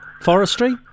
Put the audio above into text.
forestry